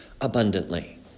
abundantly